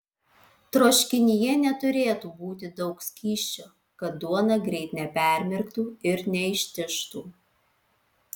troškinyje neturėtų būti daug skysčio kad duona greit nepermirktų ir neištižtų